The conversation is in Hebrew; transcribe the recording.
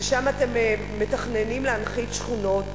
ששם אתם מתכננים להנחית שכונות,